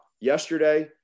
yesterday